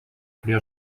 prie